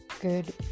good